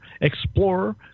explorer